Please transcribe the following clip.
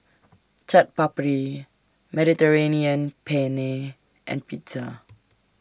Chaat Papri Mediterranean Penne and Pizza